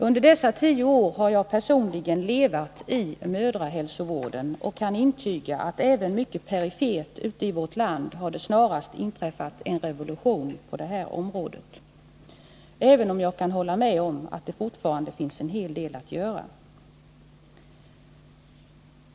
Under dessa tio år har jag personligen verkat inom mödrahälsovården och kan intyga att det även mycket perifert ute i vårt land har inträffat en revolution på detta område — även om jag kan hålla med om att det fortfarande finns en hel del att göra.